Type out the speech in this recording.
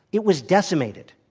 it was decimated.